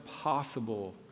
possible